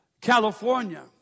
California